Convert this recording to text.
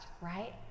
right